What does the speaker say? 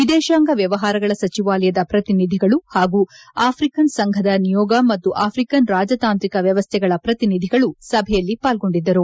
ವಿದೇಶಾಂಗ ವ್ಯವಹಾರಗಳ ಸಚಿವಾಲಯದ ಪ್ರತಿನಿಧಿಗಳು ಹಾಗೂ ಆಫ್ರಿಕನ್ ಸಂಘದ ನಿಯೋಗ ಮತ್ತು ಆಫ್ರಿಕನ್ ರಾಜತಾಂತ್ರಿಕ ವ್ಯವಸ್ಥೆಗಳ ಪ್ರತಿನಿಧಿಗಳು ಸಭೆಯಲ್ಲಿ ಪಾಲ್ಗೊಂಡಿದ್ದರು